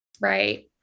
Right